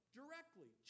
directly